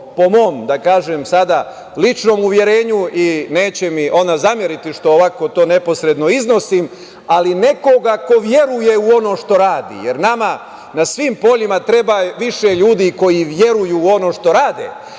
po mom da kažem sada ličnom uverenju, i neće mi ona zameriti što ovako to neposredno iznosim, ali nekoga ko veruje u ono što radi. Jer, nama na svim poljima treba više ljudi koji veruju u ono što rade,